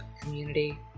community